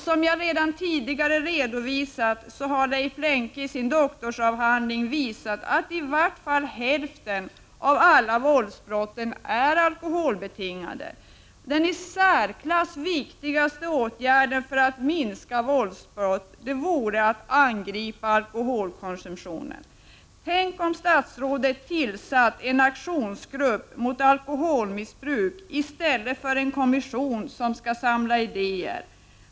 Som jag redan tidigare framhållit har Leif Lenke i sin doktorsavhandling visat att i varje fall hälften av alla våldsbrott är alkoholbetingade. Den i särklass viktigaste åtgärden för att minska våldsbrott vore att angripa alkoholkonsumtionen. Tänk om statsrådet hade tillsatt en aktionsgrupp mot alkoholmissbruk i stället för en kommission som skall samla idéer!